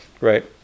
right